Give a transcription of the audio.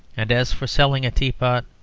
and as for selling a teapot,